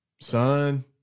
son